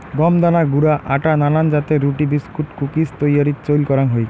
গম দানা গুঁড়া আটা নানান জাতের রুটি, বিস্কুট, কুকিজ তৈয়ারীত চইল করাং হই